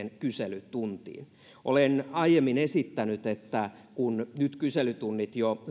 kyselytunti olen aiemmin esittänyt että kun kyselytunnit nyt jo